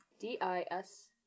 D-I-S